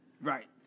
Right